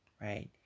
right